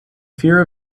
fear